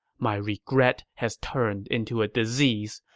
my regret has turned into a disease,